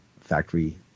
factory